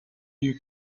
you